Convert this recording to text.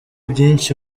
byinshi